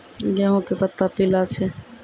गेहूँ के पत्ता पीला छै?